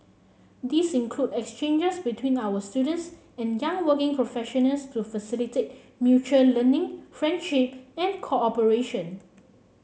these include exchanges between our students and young working professionals to facilitate mutual learning friendship and cooperation